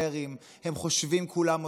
הם חושבים כולם אותו דבר,